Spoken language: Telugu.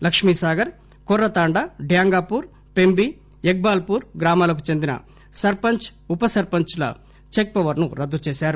లక్ష్మీ సాగర్ కొర్ర తాండ డ్యాంగాపూర్ పెంబి యగ్బాల్ పూర్ గ్రామాలకు చెందిన సర్సంచ్ ఉప సర్సంచ్ ల చెక్ పవర్ ను రద్గు చేశారు